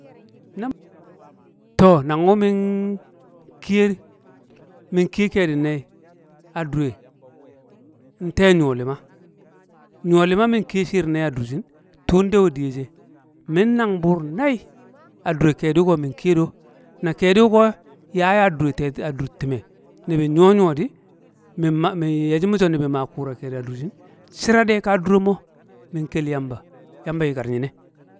to, nang wu̱ min- min kiye kedi̱ na a dure̱ nte nyo̱ lima, nyo lima min kiye shiir na a dur shin, tuun dewe di ye she, min nang buur nai a dure kedu ko̱ mo̱ kiye̱ do. Na ke̱du ko yaya dure te- a dur time nibi nyo nyo di, min ye shi mi so ni bi ma kura kedi a dur shin. Shi̱ra de ka dure mo̱, min kel yama, yamba yikar nyi ne̱